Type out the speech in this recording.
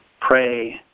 pray